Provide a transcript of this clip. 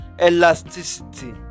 Elasticity